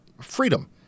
freedom